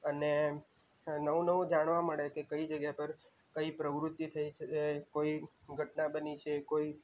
અને નવું નવું જાણવા મળે કે કઈ જગ્યા પર કઈ પ્રવૃત્તિ થઈ છે કોઈ ઘટના બની છે કોઈ